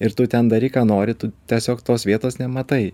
ir tu ten daryk ką nori tu tiesiog tos vietos nematai